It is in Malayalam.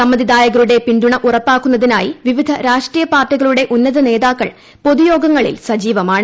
സമ്മതിദായകരുടെ പിൻതുണ ഉറപ്പാക്കുന്നതിനായി വിവിധ രാഷ്ട്രീയ പാർട്ടികളുടെ ഉന്നത നേതാക്കൾ പൊതുയോഗങ്ങളിൽ സജീവമാണ്